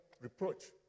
reproach